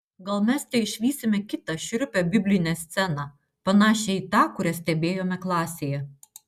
gal mes teišvysime kitą šiurpią biblinę sceną panašią į tą kurią stebėjome klasėje